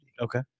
Okay